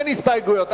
אין הסתייגויות,